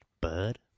Bud